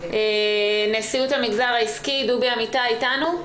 נשיאות המגזר העסקי, דובי אמיתי איתנו?